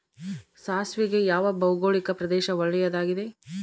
ಸಾಸಿವೆಗೆ ಯಾವ ಭೌಗೋಳಿಕ ಪ್ರದೇಶ ಒಳ್ಳೆಯದಾಗಿದೆ?